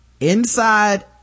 inside